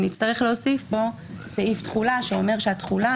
ונצטרך להוסיף פה סעיף תחולה שאומר שהתחולה